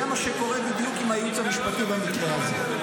זה מה שקורה בדיוק עם הייעוץ המשפטי במקרה הזה.